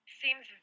seems